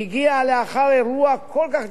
שהשאיר צלקות גדולות